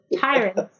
tyrants